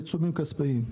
עיצומים כספיים.